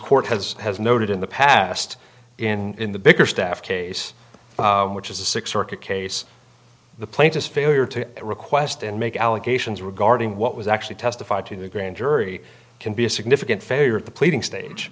court has has noted in the past in the bigger staff case which is a six circuit case the plaintiffs failure to request and make allegations regarding what was actually testified to the grand jury can be a significant failure at the pleading stage